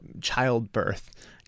childbirth